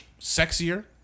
sexier